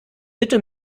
bitte